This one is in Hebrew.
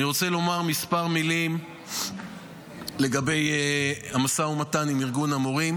אני רוצה לומר כמה מילים לגבי המשא ומתן עם ארגון המורים,